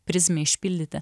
prizmę išpildyti